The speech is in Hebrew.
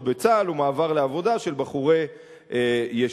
בצה"ל ומעבר לעבודה של בחורי ישיבות".